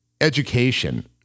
education